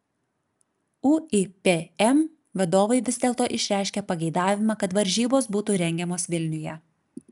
uipm vadovai vis dėlto išreiškė pageidavimą kad varžybos būtų rengiamos vilniuje